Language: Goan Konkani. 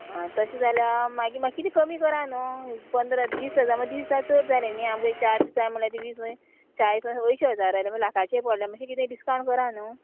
आं तशें जाल्या मागीर म्हाका कितें कमी करा न्हू पंदरा वीस हजार वीस हजार जाल्या चड जालें न्ही आमकां एक चार दिसा म्हळ्यार ती वीस चार अंयशी हजार आयले म्हणल्यार लाखाचेर पडले मातशें किदें डिसकावण करा न्हू